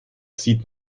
sieht